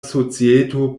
societo